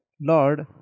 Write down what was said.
Lord